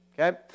okay